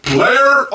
Player